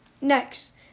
Next